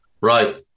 Right